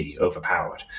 overpowered